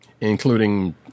including